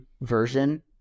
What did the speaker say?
version